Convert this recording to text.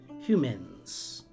humans